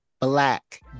Black